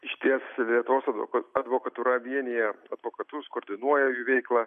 išties lietuvos advo advokatūra vienija advokatus koordinuoja jų veiklą